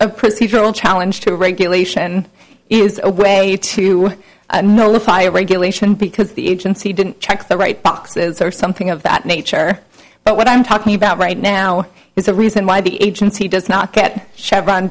procedural challenge to regulation is a way to notify regulation because the agency didn't check the right boxes or something of that nature but what i'm talking about right now is the reason why the agency does not get chevron